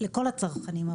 לכל הצרכנים,